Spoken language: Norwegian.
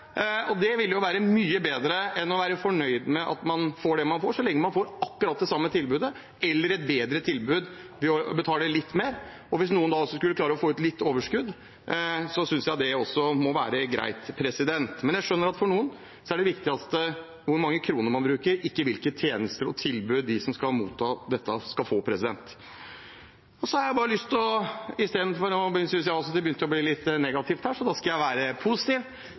og det vil jo være mye bedre enn å være fornøyd med at man får det man får, så lenge man får akkurat det samme tilbudet, eller et bedre tilbud ved å betale litt mer. Og hvis noen også skulle klare å få ut litt overskudd, synes jeg det må være greit. Men jeg skjønner at for noen er det viktigste hvor mange kroner man bruker, ikke hvilke tjenester og tilbud de som skal motta dette, skal få. Jeg syntes det begynte å bli litt negativt her nå, så jeg har i stedet lyst til å være positiv